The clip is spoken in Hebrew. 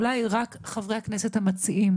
אולי רק חברי הכנסת המציעים